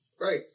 Right